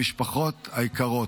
המשפחות היקרות,